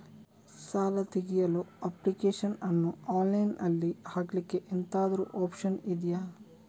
ಸಾಲ ತೆಗಿಯಲು ಅಪ್ಲಿಕೇಶನ್ ಅನ್ನು ಆನ್ಲೈನ್ ಅಲ್ಲಿ ಹಾಕ್ಲಿಕ್ಕೆ ಎಂತಾದ್ರೂ ಒಪ್ಶನ್ ಇದ್ಯಾ?